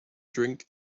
drink